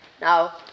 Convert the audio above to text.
Now